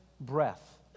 breath